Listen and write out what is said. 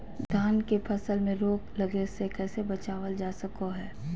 धान के फसल में रोग लगे से कैसे बचाबल जा सको हय?